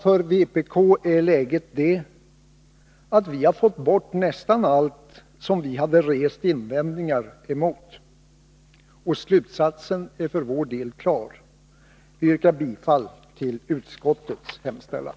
För vpk är läget det, att vi fått bort nästan allt som vi hade rest invändningar emot. Slutsatsen är för vår del klar. Vi yrkar bifall till utskottets hemställan.